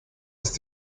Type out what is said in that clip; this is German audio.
ist